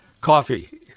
coffee